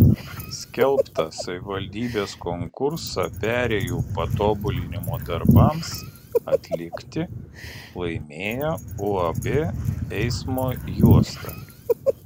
skelbtą savivaldybės konkursą perėjų patobulinimo darbams atlikti laimėjo uab eismo juosta